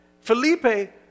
Felipe